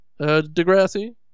Degrassi